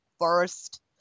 first